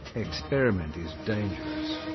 experiment is dangerous.